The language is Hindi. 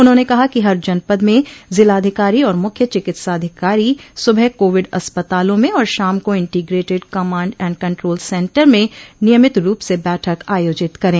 उन्होंने कहा कि हर जनपद में जिलाधिकारी और मुख्य चिकित्साधिकारी सुबह कोविड अस्पतालों में और शाम को integrated command and control centre में नियमित रूप से बैठक आयोजित करे